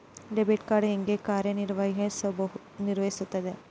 Debit card ಹೇಗೆ ಕಾರ್ಯನಿರ್ವಹಿಸುತ್ತದೆ?